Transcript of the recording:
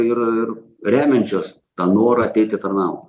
ir remiančios tą norą ateiti tarnaut